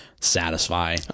satisfy